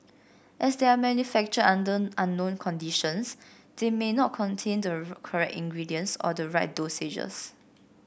as they are manufactured under unknown conditions they may not contain the correct ingredients or the right dosages